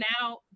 now